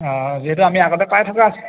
অঁ যিহেতু আমি আগতে পাই থকা আছ